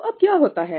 तो अब क्या होता है